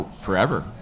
forever